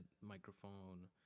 microphone